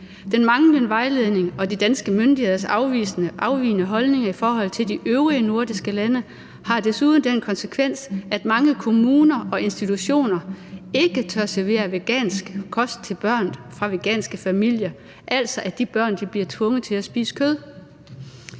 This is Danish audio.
Den manglende vejledning og de danske myndigheders afvigende holdning i forhold til de øvrige nordiske lande har desuden den konsekvens, at mange kommuner og institutioner ikke tør servere vegansk kost til børn fra veganske familier, altså at de børn bliver tvunget til at spise kød.